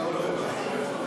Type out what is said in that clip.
הסתייגויות.